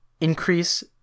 Increase